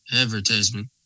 advertisement